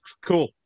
cool